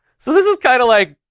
so this is kind of like,